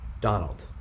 donald